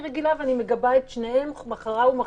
רגילה ואני מגבה את שניהם ומחרה ומחזיקה.